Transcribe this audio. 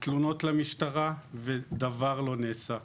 תלונות למשטרה, ודבר לא נעשה.